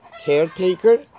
caretaker